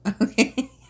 Okay